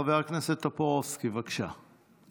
חבר הכנסת טופורובסקי, בבקשה.